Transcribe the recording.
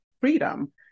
freedom